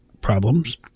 problems